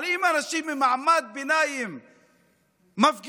אבל אם אנשים ממעמד ביניים מפגינים,